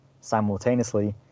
simultaneously